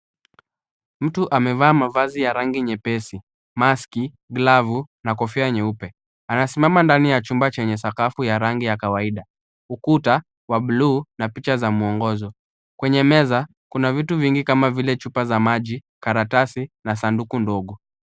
Mtu amevaa mavazi ya rangi nyepesi. Maski, glavu na kofia nyeupe anasimama ndani ya chumba chenye sakafu ya rangi ya kawaida. Ukuta wa buluu na picha za muongozo. Kwenye meza kuna vitu vingi kama vile chupa za maji, karatasi na sanduku ndogo.